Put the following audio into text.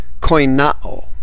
koinao